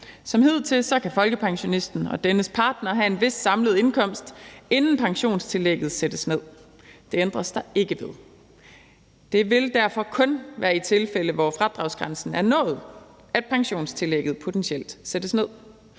Som hidtil kan folkepensionisten og dennes partner have en vis samlet indkomst, inden pensionstillægget sættes ned. Det ændres der ikke ved. Det vil derfor kun være i tilfælde, hvor fradragsgrænsen er nået, at pensionstillægget potentielt sættes ned.